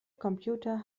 computer